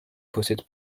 possède